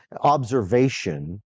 observation